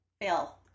fail